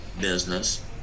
business